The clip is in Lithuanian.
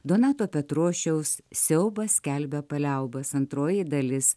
donato petrošiaus siaubas skelbia paliaubas antroji dalis